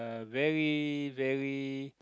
very very